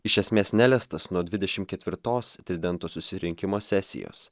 iš esmės neliestas nuo dvidešimt ketvirtos tridento susirinkimo sesijos